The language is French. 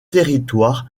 territoire